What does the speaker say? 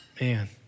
man